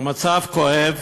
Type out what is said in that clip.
המצב כואב,